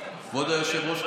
777. כבוד היושב-ראש,